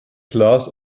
klaas